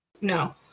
No